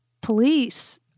police